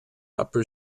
upper